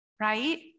right